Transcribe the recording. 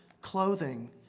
clothing